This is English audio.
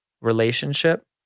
relationship